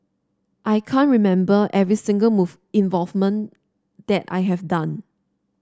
I can't remember every single move involvement that I have done